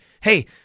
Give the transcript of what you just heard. hey